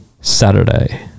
Saturday